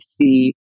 see